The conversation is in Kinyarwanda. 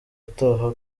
utaha